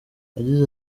yagize